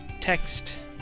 text